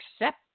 accept